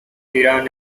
iran